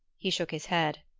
he shook his head.